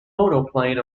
monoplane